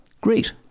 Great